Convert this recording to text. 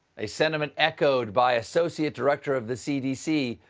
a sentiment echoes by associate director of the c d c,